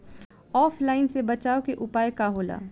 ऑफलाइनसे बचाव के उपाय का होला?